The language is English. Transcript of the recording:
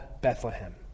Bethlehem